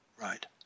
Right